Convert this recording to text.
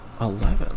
Eleven